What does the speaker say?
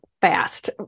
fast